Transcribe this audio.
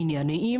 עניינים